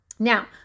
Now